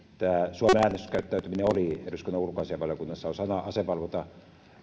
suomen äänestyskäyttäytyminen oli eduskunnan ulkoasiainvaliokunnassa osana